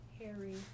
Harry